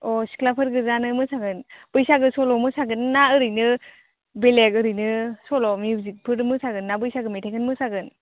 अ' सिख्लाफोर गोजानो मोसागोन बैसागु सल' मोसागोन्ना ओरैनो बेलेग ओरैनो सल' मिउजिकफोर मोसागोन्ना बैसागु मेथाइखौनो मोसागोन